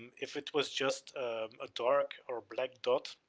if it was just a dark or black dot,